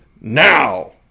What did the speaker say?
now